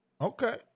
Okay